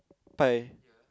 pie